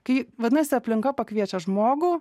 kai vadinasi aplinka pakviečia žmogų